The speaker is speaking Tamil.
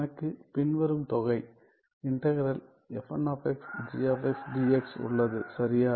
எனக்கு பின்வரும் தொகை உள்ளது சரியா